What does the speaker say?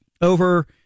over